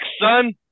son